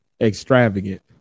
extravagant